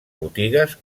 botigues